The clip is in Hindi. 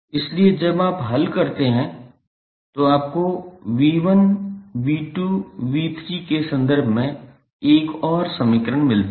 इसलिए जब आप हल करते हैं तो आपको 𝑉1𝑉2𝑉3 के संदर्भ में एक और समीकरण मिलता है